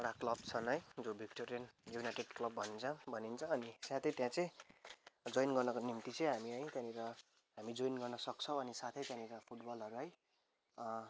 एउटा क्लब छन् है जुन भिक्टोरियन युनाइटेड क्लब भनिन्छ भनिन्छ अनि साथै त्यहाँ चाहिँ जोइन गर्नको निम्ति चाहिँ हामी है त्यहाँनिर हामी जोइन गर्नसक्छौँ अनि साथै त्यहाँनिर फुटबलहरू है